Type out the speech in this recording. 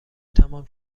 تمام